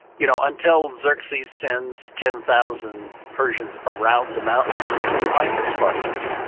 you know until xerxes sends ten thousand persians around the mountain to get behind the spartans.